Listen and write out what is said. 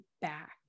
back